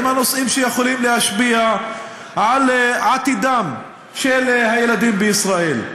בנושאים שיכולים להשפיע על עתידם של הילדים בישראל.